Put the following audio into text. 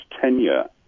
tenure